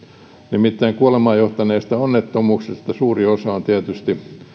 nimittäin kuolemaan johtaneista onnettomuuksista suuri osa on tietysti